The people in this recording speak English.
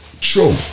True